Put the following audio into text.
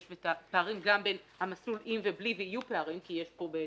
נראה את הפערים שיש ואת הפערים בין המסלול עם ובלי כי יש פה פערים,